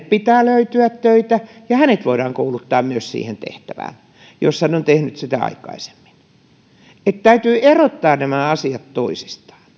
pitää löytyä töitä ja hänet voidaan myös kouluttaa siihen tehtävään jos hän on tehnyt sitä aikaisemmin eli täytyy erottaa nämä asiat toisistaan